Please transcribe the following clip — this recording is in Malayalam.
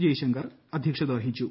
ജയ്ശങ്കർ അദ്ധ്യക്ഷത വഹിച്ചു